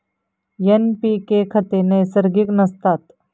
NPK खते नैसर्गिक नसतात